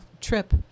trip